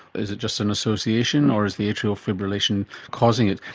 is it just an association or is the atrial fibrillation causing it?